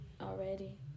already